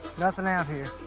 nothing out here.